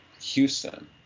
Houston